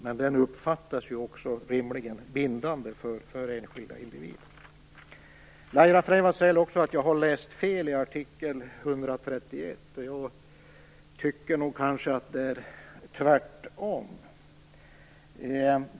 Men den uppfattas också rimligen som bindande för enskilda individer. Laila Freivalds säger dessutom att jag har läst fel i artikel 131. Jag tycker kanske att det är tvärtom.